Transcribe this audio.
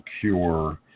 cure